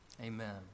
Amen